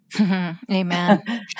amen